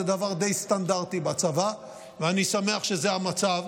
זה דבר די סטנדרטי בצבא, ואני שמח שזה המצב,